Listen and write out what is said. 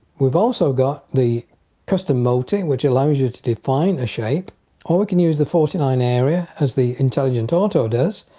we've also got the custom multi which allows you to define a shape or we can use the forty nine area as the intelligent auto does.